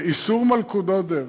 איסור מלכודות דבק.